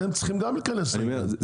אתם צריכים גם להיכנס לעניינים,